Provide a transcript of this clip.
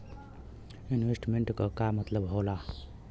Investment क का मतलब हो ला?